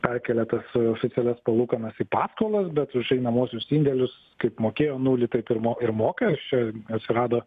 perkelia tas oficialias palūkanas į paskolas bet už einamuosius indėlius kaip mokėjom nulį taip ir mo ir mokesčio atsirado